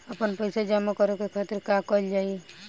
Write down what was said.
आपन पइसा जमा करे के खातिर का कइल जाइ?